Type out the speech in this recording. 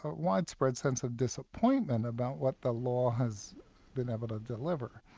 but widespread sense of disappointment about what the law has been able to deliver.